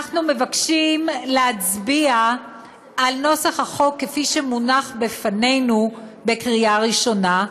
אנחנו מבקשים להצביע על נוסח החוק כפי שהוא מונח לפנינו בקריאה ראשונה,